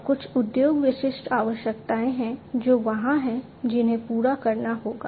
और कुछ उद्योग विशिष्ट आवश्यकताएं हैं जो वहां हैं जिन्हें पूरा करना होगा